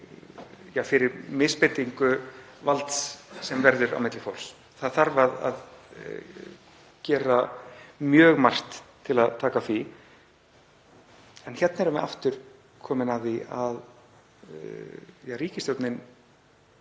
fyrir misbeitingu valds á milli fólks. Það þarf að gera mjög margt til að taka á því. En þar erum við aftur komin að því að ríkisstjórnin,